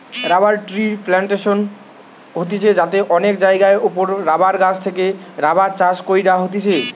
rubber ট্রির plantation হতিছে যাতে অনেক জায়গার ওপরে রাবার গাছ থেকে রাবার চাষ কইরা হতিছে